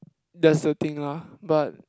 that's the thing lah but